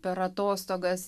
per atostogas